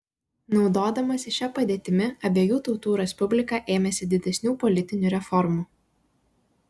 naudodamasi šia padėtimi abiejų tautų respublika ėmėsi didesnių politinių reformų